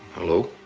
hello?